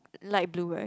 light blue right